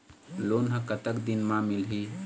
Loan ह कतक दिन मा मिलही?